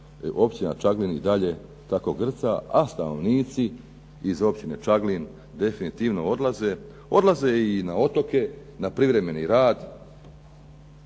općina Čaglin i dalje tako grca a stanovnici iz općine Čaglin definitivno odlaze. Odlaze i na otoke, na privremeni rad,